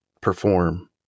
perform